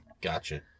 Gotcha